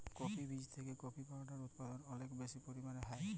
coffee বীজ থেকে coffee powder উদপাদল অলেক বেশি পরিমালে হ্যয়